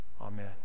Amen